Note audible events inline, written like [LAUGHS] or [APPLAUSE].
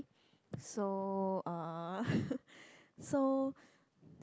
so uh [LAUGHS] so